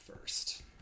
first